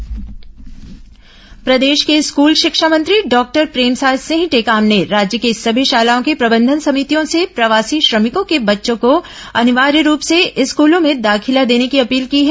प्रवासी बच्चे दाखिला प्रदेश के स्कूल शिक्षा मंत्री डॉक्टर प्रेमसाय सिंह टेकाम ने राज्य के सभी शालाओं की प्रबंधन सभितियों से प्रवासी श्रमिकों के बच्चों को अनिवार्य रूप से स्कूलों में दाखिला देने की अपील की है